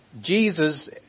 Jesus